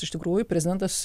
iš tikrųjų prezidentas